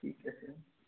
ठीक है फिर